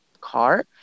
car